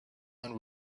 and